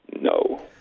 No